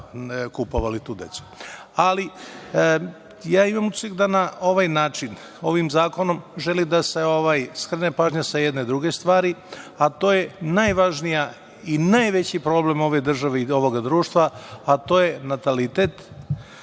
kupovali tu decu. Imam utisak da se na ovaj način, ovim zakonom, želi skrenuti pažnja sa jedne druge stvari, koja je najvažnija i najveći problem države i ovog društva, a to je natalitet